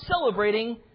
celebrating